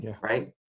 Right